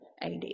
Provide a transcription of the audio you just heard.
AD